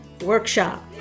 workshop